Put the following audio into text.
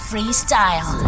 Freestyle